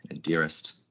dearest